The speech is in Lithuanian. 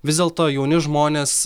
vis dėlto jauni žmonės